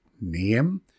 name